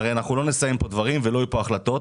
הרי אנחנו לא נסיים פה דברים ולא יהיו פה החלטות,